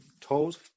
toes